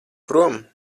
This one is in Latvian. prom